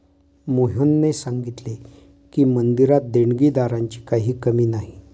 मोहनने सांगितले की, मंदिरात देणगीदारांची काही कमी नाही